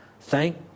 thank